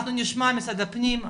אנחנו נשמע את משרד הפנים,